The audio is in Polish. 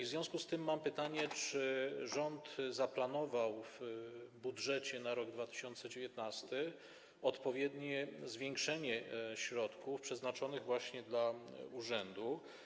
W związku z tym mam pytanie: Czy rząd zaplanował w budżecie na rok 2019 odpowiednie zwiększenie środków przeznaczonych właśnie dla urzędu?